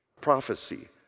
prophecy